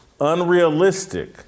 Unrealistic